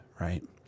right